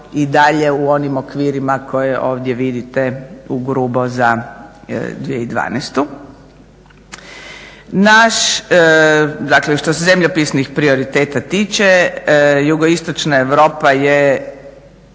i dalje u onim okvirima koje ovdje vidite ugrubo za 2012. Dakle što se zemljopisnih prioriteta tiče, JI Europa je